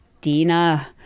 Dina